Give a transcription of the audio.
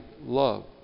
love